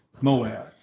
Moab